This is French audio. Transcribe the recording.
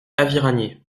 aviragnet